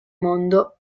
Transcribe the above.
mondo